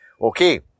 Okay